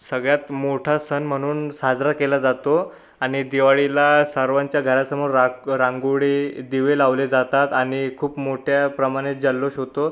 सगळ्यात मोठा सण म्हणून साजरा केला जातो आणि दिवाळीला सर्वांच्या घरासमोर राक रांगोळी दिवे लावले जातात आणि खूप मोठ्या प्रमाणे जल्लोष होतो